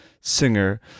singer